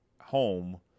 home